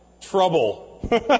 Trouble